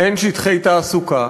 אין שטחי תעסוקה,